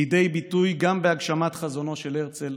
לידי ביטוי גם בהגשמת חזונו של הרצל,